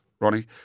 Ronnie